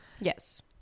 Yes